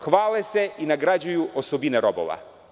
Hvale se i nagrađuju osobine robova.